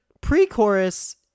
pre-chorus